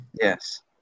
Yes